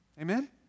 Amen